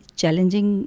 challenging